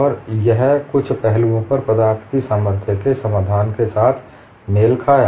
और यह कुछ पहलुओं पर पदार्थ की सामर्थ्य के समाधान के साथ मेल खाया